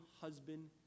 husband